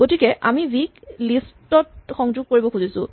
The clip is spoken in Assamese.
গতিকে আমি ভি ক লিষ্ট ত সংযোগ কৰিব খুজিছোঁ